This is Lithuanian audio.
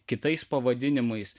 kitais pavadinimais